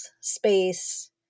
space